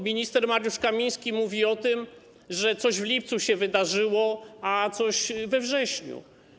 Minister Mariusz Kamiński mówi o tym, że coś w lipcu się wydarzyło, a coś we wrześniu.